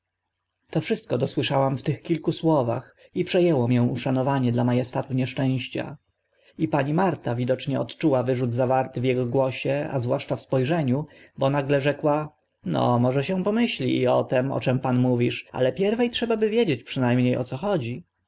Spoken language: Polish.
to wszystko dosłyszałam w tych kilku słowach i prze ęło mię uszanowaniem dla ma estatu nieszczęścia i pani marta widocznie odczuła wyrzut zawarty w ego głosie a zwłaszcza w spo rzeniu bo nagle rzekła no może się pomyśli i o tym o czym pan mówisz ale pierwe by trzeba wiedzieć przyna mnie o co chodzi